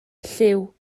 llyw